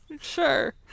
Sure